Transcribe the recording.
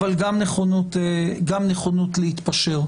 אבל גם נכונות להתפשר.